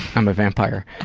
i'm a vampire.